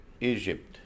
Egypt